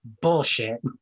bullshit